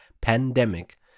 Pandemic